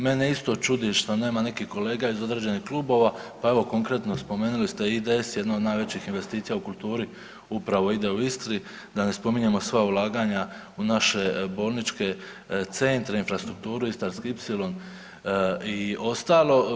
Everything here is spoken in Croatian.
Mene isto čudi što nema nekih kolega iz određenih klubova, pa evo konkretno spomenuli ste IDS jedno od najvećih investicija u kulturi upravo ide u Istri da ne spominjemo sva ulaganja u naše bolničke centre, infrastrukturu, Istarski ipsilon i ostalo.